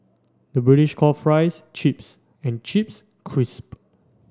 the British call fries chips and chips crisp